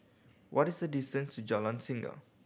what is the distance to Jalan Singa